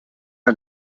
ein